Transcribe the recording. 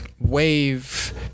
Wave